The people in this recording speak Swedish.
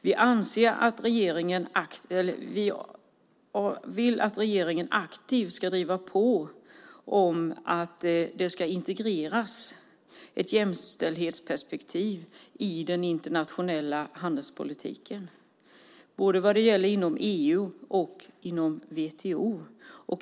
Vi vill att regeringen aktivt ska driva på om att ett jämställdhetsperspektiv ska integreras i den internationella handelspolitiken både inom EU och inom WTO.